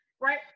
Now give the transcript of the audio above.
right